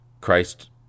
Christ